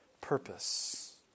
purpose